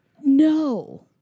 no